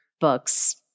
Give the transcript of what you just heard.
books